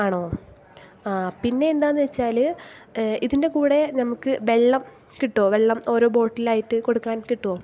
ആണോ ആ പിന്നെ എന്താന്നുവെച്ചാൽ ഇതിന്റെ കുടെ നമുക്ക് വെള്ളം കിട്ടുമോ വെള്ളം ഓരോ ബോട്ടിലായിട്ട് കൊടുക്കാൻ കിട്ടുമോ